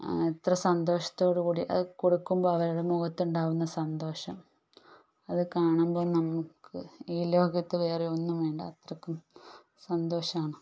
എത്ര സന്തോഷത്തോടു കൂടി അത് കൊടുക്കുമ്പോൾ അവരുടെ മുഖത്തുണ്ടാകുന്ന സന്തോഷം അത് കാണുമ്പോൾ നമുക്ക് ഈ ലോകത്ത് വേറെ ഒന്നും വേണ്ട അത്രക്കും സന്തോഷമാണ്